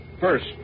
First